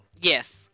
Yes